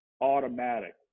automatic